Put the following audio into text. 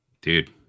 Dude